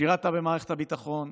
שירת במערכת הביטחון,